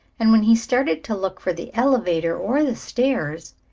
and when he started to look for the elevator or the stairs,